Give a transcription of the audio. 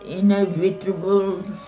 inevitable